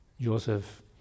Joseph